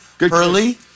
Early